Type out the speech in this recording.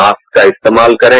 mask का इस्तेमाल करें